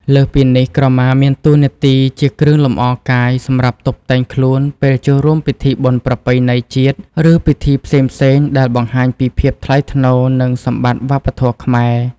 លើសពីនេះ ក្រមាមានតួនាទីជា គ្រឿងលម្អកាយ សម្រាប់តុបតែងខ្លួនពេលចូលរួមពិធីបុណ្យប្រពៃណីជាតិ ឬពិធីផ្សេងៗ ដែលបង្ហាញពីភាពថ្លៃថ្នូរ និងសម្បត្តិវប្បធម៌ខ្មែរ។